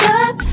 up